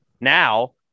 now